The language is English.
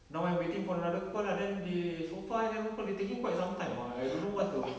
now I'm waiting for another call lah then they so far never call they're taking quite some time ah I don't know what's the